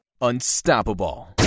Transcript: unstoppable